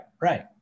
Right